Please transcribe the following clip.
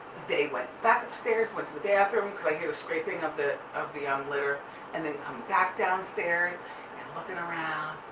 they went back upstairs, went to the bathroom cause i hear the scraping of the of the um litter and then come back downstairs and looking around.